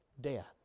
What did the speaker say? death